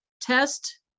test